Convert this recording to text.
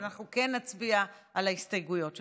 אבל אנחנו כן נצביע על ההסתייגויות שלכם.